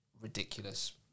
ridiculous